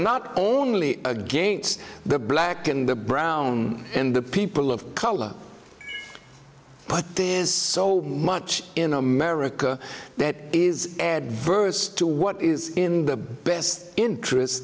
not only against black and brown and the people of color but there is so much in america that is adverse to what is in the best interest